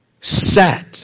sat